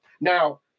Now